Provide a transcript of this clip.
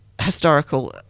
historical